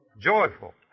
Joyful